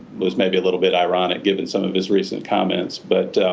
was maybe a little bit ironic given some of his recent comments but ah.